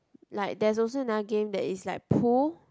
like there's also another game that is like pool